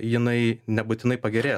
jinai nebūtinai pagerės